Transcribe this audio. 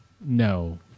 No